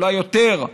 אולי יותר,